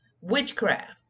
Witchcraft